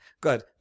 Good